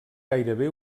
gairebé